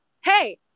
hey